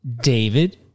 David